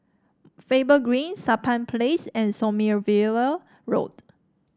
Faber Green Sampan Place and Sommerville Road